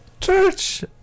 church